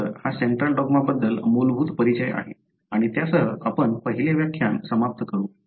तर हा central dogma बद्दल मूलभूत परिचय आहे आणि त्यासह आपण पहिले व्याख्यान समाप्त करू